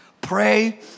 pray